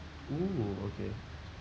oo okay